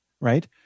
right